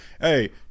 hey